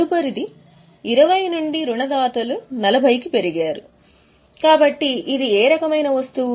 తదుపరిది 20 నుండి రుణదాతలు వారు 40 కి పెంచారు కాబట్టి ఇది ఏ రకమైన వస్తువు